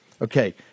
Okay